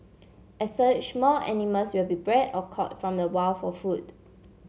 as such more animals will be bred or caught from the wild for food